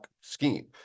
scheme